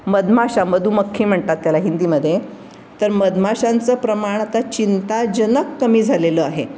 मधमाशा मधुमख्खी म्हणतात त्याला हिंदीमध्ये तर मधमाशांचं प्रमाण आता चिंताजनक कमी झालेलं आहे